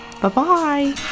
Bye-bye